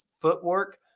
footwork